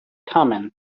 common